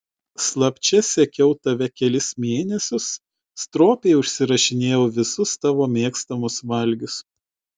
slapčia sekiau tave kelis mėnesius stropiai užsirašinėjau visus tavo mėgstamus valgius